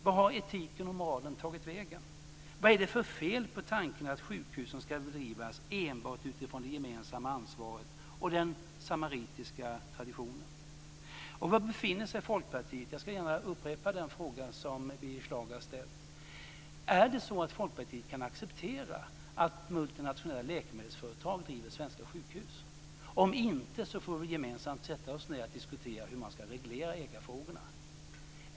Vart har etiken och moralen tagit vägen? Vad är det för fel på tanken att sjukhusen ska drivas enbart utifrån det gemensamma ansvaret och den samaritiska traditionen? Var befinner sig Folkpartiet? Jag ska gärna upprepa den fråga som Birger Schlaug har ställt. Är det så att Folkpartiet kan acceptera att multinationella läkemedelsföretag driver svenska sjukhus? Om inte får vi gemensamt sätta oss ned och diskutera hur man ska reglera ägarfrågorna.